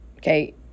Okay